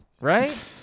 Right